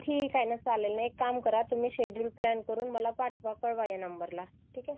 ठीक आहे ना चालेल ना एक काम करा तुम्ही शेड्युल प्लॅन करून मला पाठवा कळवा या नंबरला ठीक आहे